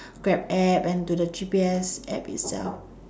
grab app and to the G P S app itself